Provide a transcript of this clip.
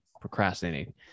procrastinating